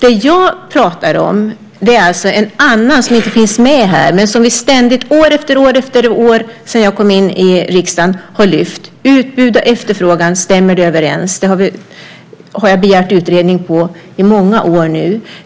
Det jag pratar om är en annan fråga, som inte finns med här men som vi ständigt år efter år sedan jag kom in i riksdagen har lyft upp: Utbud och efterfrågan, stämmer det överens? Det har jag begärt en utredning om i många år nu.